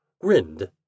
grinned